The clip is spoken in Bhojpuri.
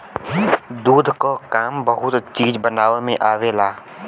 दूध क काम बहुत चीज बनावे में आवेला